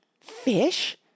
Fish